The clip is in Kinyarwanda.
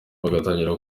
bagatangira